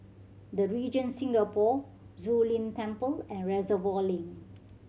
The Regent Singapore Zu Lin Temple and Reservoir Link